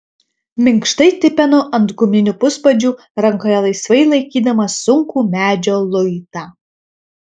minkštai tipenu ant guminių puspadžių rankoje laisvai laikydamas sunkų medžio luitą